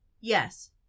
Yes